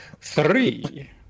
Three